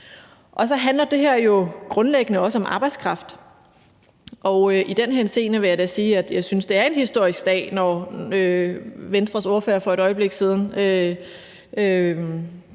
Så handler det her jo grundlæggende også om arbejdskraft, og i den henseende vil jeg da sige, at jeg synes, det er en historisk dag, når Venstres ordfører for et øjeblik siden